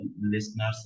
listeners